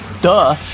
Duh